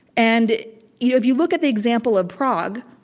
and you know if you look at the example of prague,